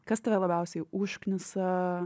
kas tave labiausiai užknisa